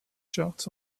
charts